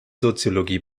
soziologie